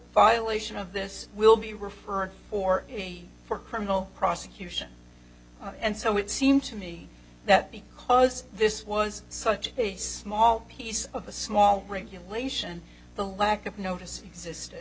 violation of this will be referred or for criminal prosecution and so it seemed to me that because this was such a small piece of a small regulation the lack of notice existed